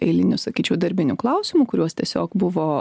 eilinius sakyčiau darbinių klausimų kuriuos tiesiog buvo